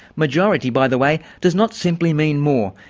majority, by the way, does not simply mean more.